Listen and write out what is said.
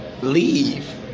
leave